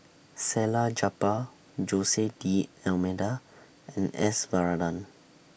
Salleh Japar Jose D'almeida and S Varathan